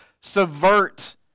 subvert